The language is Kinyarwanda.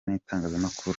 n’itangazamakuru